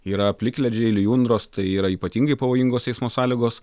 yra plikledžiai lijundros tai yra ypatingai pavojingos eismo sąlygos